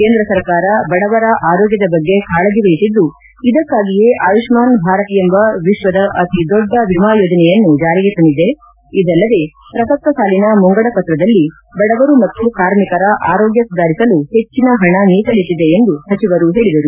ಕೇಂದ್ರ ಸರ್ಕಾರ ಬಡವರ ಆರೋಗ್ಧದ ಬಗ್ಗೆ ಕಾಳಜಿ ವಹಿಸಿದ್ದು ಇದಕ್ಕಾಗಿಯೇ ಆಯುಷ್ಮಾನ್ ಭಾರತ್ ಎಂಬ ವಿಶ್ವದ ಅತಿ ದೊಡ್ಡ ವಿಮಾ ಯೋಜನೆಯನ್ನು ಜಾರಿಗೆ ತಂದಿದೆ ಇದಲ್ಲದೇ ಪ್ರಸಕ್ತ ಸಾಲಿನ ಮುಂಗಡ ಪತ್ರದಲ್ಲಿ ಬಡವರು ಮತ್ತು ಕಾರ್ಮಿಕರ ಆರೋಗ್ಡ ಸುಧಾರಿಸಲು ಹೆಚ್ಚಿನ ಹಣ ಮೀಸಲಿಟ್ಟದೆ ಎಂದು ಸಚಿವರು ಹೇಳಿದರು